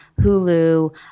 Hulu